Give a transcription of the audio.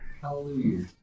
Hallelujah